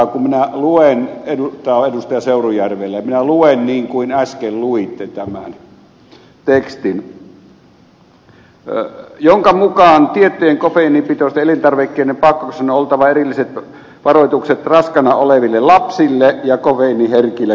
seurujärvelle minä luen niin kuin äsken luitte tämän tekstin jonka mukaan tiettyjen kofeiinipitoisten elintarvikkeiden pakkauksissa on oltava erilliset varoitukset raskaana oleville lapsille ja kofeiiniherkille kuluttajille